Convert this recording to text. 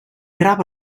rave